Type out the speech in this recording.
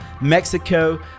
Mexico